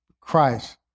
Christ